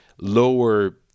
lower